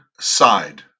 side